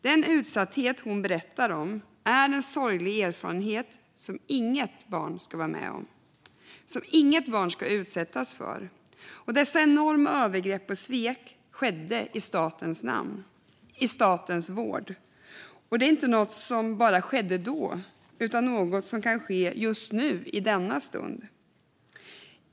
Den utsatthet hon berättar om är en sorglig erfarenhet som inget barn ska vara med om och som inget barn ska utsättas för. Dessa enorma övergrepp och svek skedde i statens namn och i statens vård. Det är inte heller något som bara skedde då utan något som kan ske just nu, i denna stund.